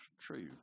true